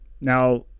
Now